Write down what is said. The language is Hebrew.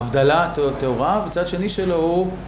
‫הבדלה טהורה, ובצד שני שלו הוא...